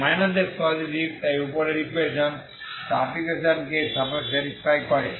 তাই x positive তাই উপরের ইকুয়েশন তাপ ইকুয়েশন কে স্যাটিসফাই করে